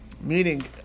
Meaning